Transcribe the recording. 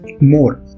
more